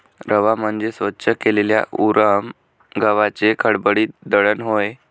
रवा म्हणजे स्वच्छ केलेल्या उरम गव्हाचे खडबडीत दळण होय